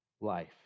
life